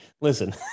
listen